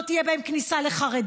לא תהיה בהן כניסה לחרדים,